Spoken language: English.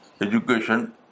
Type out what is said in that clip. education